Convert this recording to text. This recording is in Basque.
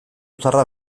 zaharrak